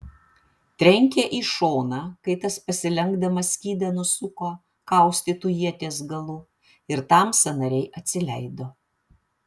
trenkė į šoną kai tas pasilenkdamas skydą nusuko kaustytu ieties galu ir tam sąnariai atsileido